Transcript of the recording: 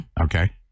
okay